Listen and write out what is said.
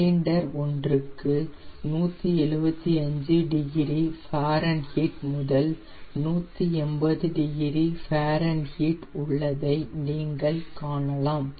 cylinder ஒன்றுக்கு 175 degree Fahrenheit முதல் 180 degree Fahrenheit உள்ளதை நீங்கள் காணலாம்